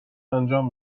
انجام